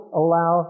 allow